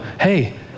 Hey